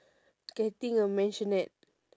getting a mansionette